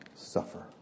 Suffer